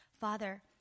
Father